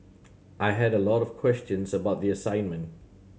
I had a lot of questions about the assignment